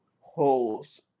holes